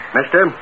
Mister